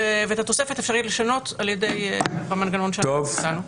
ואת התוספת אפשר יהיה לשנות במנגנון שאנחנו הצענו.